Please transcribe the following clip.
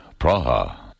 Praha